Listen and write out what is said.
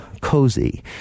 cozy